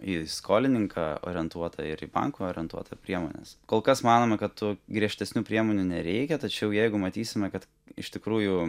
į skolininką orientuota ir banką orientuota priemones kol kas manome kad griežtesnių priemonių nereikia tačiau jeigu matysime kad iš tikrųjų